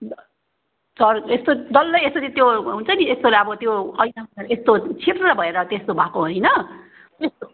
sir यसको डल्लै यसरी त्यो हुन्छ नि यस्तो लामो त्यो होइन त्यो सर छिर्रर भएर त्यस्तो भएको होइन यस्तो